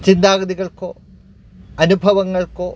ചിന്താഗതികൾക്കോ അനുഭവങ്ങൾക്കോ